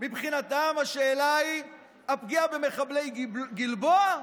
מבחינתם השאלה היא הפגיעה במחבלי גלבוע.